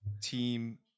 team